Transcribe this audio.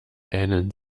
ähneln